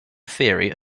theory